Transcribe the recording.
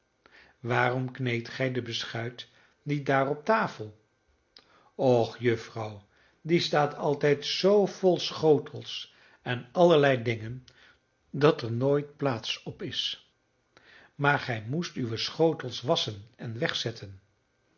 waarom kneedt gij de beschuit niet daar op de tafel och juffrouw die staat altijd zoo vol schotels en allerlei dingen dat er nooit plaats op is maar gij moest uwe schotels wasschen en wegzetten